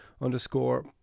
underscore